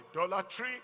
idolatry